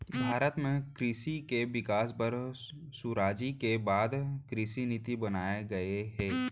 भारत म कृसि के बिकास बर सुराजी के बाद कृसि नीति बनाए गये हे